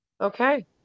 Okay